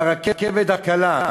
עם הרכבת הקלה.